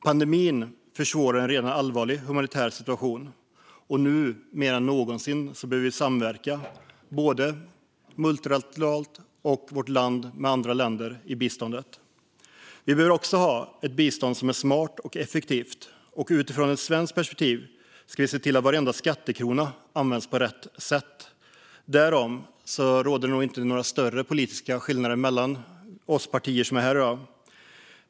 Pandemin försvårade en redan allvarlig humanitär situation. Nu mer än någonsin behöver vi ha samverkan, både multilateralt och mellan Sverige och andra länder, i biståndet. Vi behöver också ha ett bistånd som är smart och effektivt. Utifrån ett svenskt perspektiv ska vi se till att varenda skattekrona används på rätt sätt; därom råder det nog inte några större politiska skillnader mellan de partier som är här i dag.